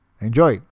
enjoy